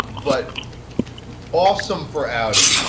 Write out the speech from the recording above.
but awesome for audi,